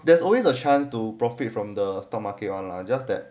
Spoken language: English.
there's always a chance to profit from the stock market [one] lah just that